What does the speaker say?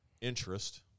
interest